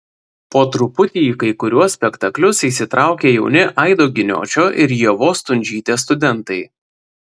po truputį į kai kuriuos spektaklius įsitraukia jauni aido giniočio ir ievos stundžytės studentai